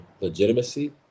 legitimacy